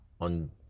on